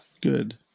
good